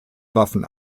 waffen